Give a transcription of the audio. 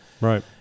Right